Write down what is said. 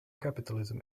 capitalism